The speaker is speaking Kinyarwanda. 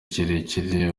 kirekire